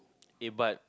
eh but